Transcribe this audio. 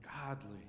godly